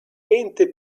ente